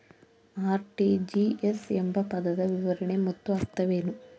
RTGS ಎಂಬ ಪದದ ವಿವರಣೆ ಮತ್ತು ಅರ್ಥವೇನು?